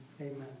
amen